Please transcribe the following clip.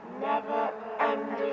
never-ending